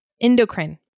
Endocrine